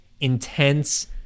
intense